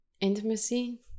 intimacy